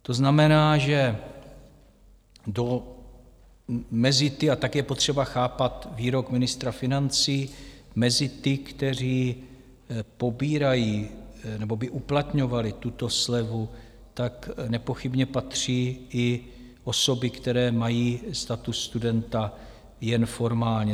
To znamená, že mezi ty a tak je potřeba chápat výrok ministra financí kteří pobírají nebo by uplatňovali tuto slevu, nepochybně patří i osoby, které mají status studenta jen formálně.